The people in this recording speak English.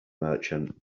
merchant